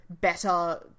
better